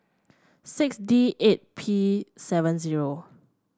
six D eight P seven zero